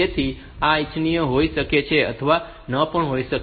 તેથી આ ઇચ્છનીય હોઈ શકે છે અથવા ન પણ હોઈ શકે